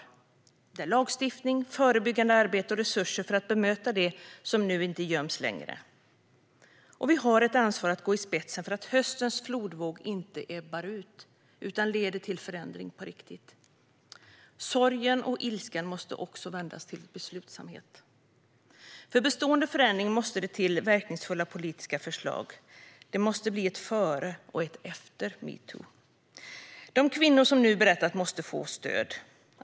Det behövs lagstiftning, förebyggande arbete och resurser för att bemöta det som nu inte längre göms. Vi har ett ansvar att gå i spetsen för att höstens flodvåg inte ebbar ut utan leder till förändring på riktigt. Sorgen och ilskan måste vändas till beslutsamhet. För en bestående förändring måste det till verkningsfulla politiska förslag. Det måste bli ett före och ett efter metoo. De kvinnor som nu har berättat måste få stöd.